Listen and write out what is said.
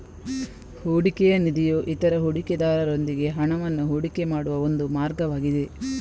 ಹೂಡಿಕೆಯ ನಿಧಿಯು ಇತರ ಹೂಡಿಕೆದಾರರೊಂದಿಗೆ ಹಣವನ್ನ ಹೂಡಿಕೆ ಮಾಡುವ ಒಂದು ಮಾರ್ಗವಾಗಿದೆ